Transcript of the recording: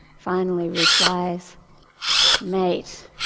finally replies mate,